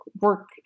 work